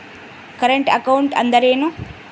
Current account ಅಂದರೇನು?